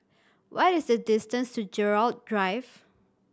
what is the distance to Gerald Drive